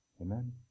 Amen